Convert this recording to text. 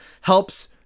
helps